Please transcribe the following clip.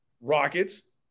Rockets